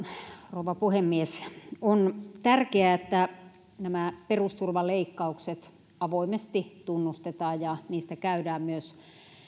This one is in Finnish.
rouva puhemies on tärkeää että nämä perusturvaleikkaukset avoimesti tunnustetaan ja niistä käydään myös